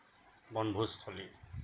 বনভোজস্থলী